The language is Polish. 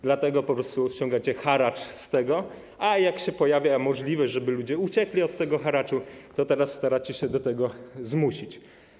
Dlatego po prostu ściągacie haracz z tego, a jak się pojawia możliwość, żeby ludzie uciekli od tego haraczu, to teraz staracie się do tego zmusić.